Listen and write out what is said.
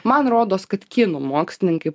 man rodos kad kinų mokslininkai